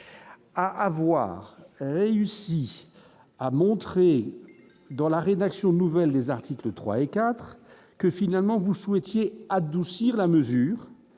à avoir réussi à montrer dans la rédaction Nouvelles des articles III et IV que finalement vous souhaitiez adoucir la mesure